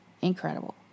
incredible